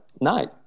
night